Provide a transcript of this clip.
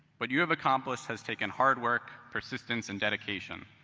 but you have accomplished has taken hard work, persistence, and dedication.